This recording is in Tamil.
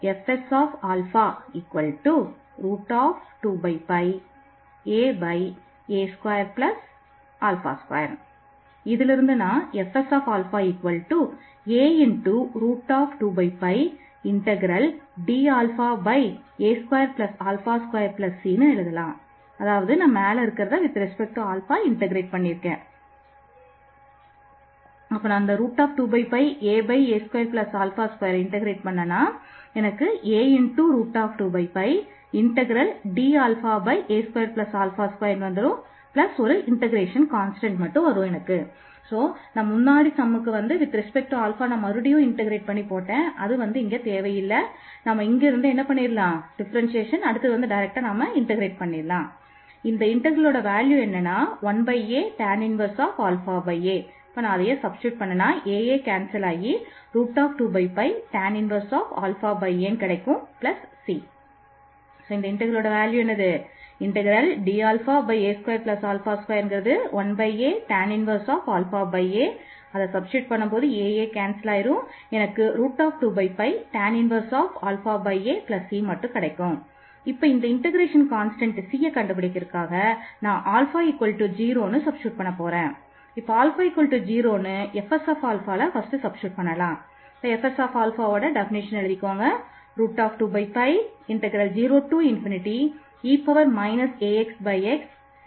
நாம் எப்போதெல்லாம் α வை பொருத்து டிஃபரன்ஷியேட் எடுத்துக்கொள்ளவேண்டும்